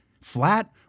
flat